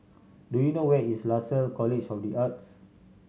do you know where is Lasalle College of The Arts